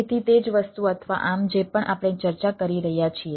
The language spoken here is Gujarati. તેથી તે જ વસ્તુ અથવા આમ જે પણ આપણે ચર્ચા કરી રહ્યા છીએ